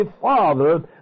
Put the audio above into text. father